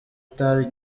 itabi